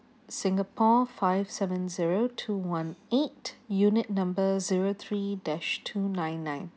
singapore five seven zero two one eight unit number zero three dash two nine nine